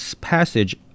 passage